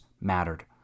mattered